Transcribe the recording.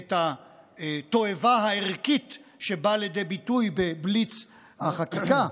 את התועבה הערכית שבאה לידי ביטוי בבליץ החקיקה,